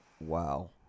Wow